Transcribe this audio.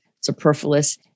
superfluous